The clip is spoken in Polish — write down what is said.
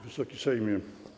Wysoki Sejmie!